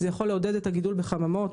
זה יכול לעודד את הגידול בחממות.